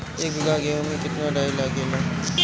एक बीगहा गेहूं में केतना डाई लागेला?